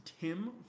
Tim